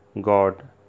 God